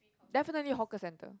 definitely hawker centre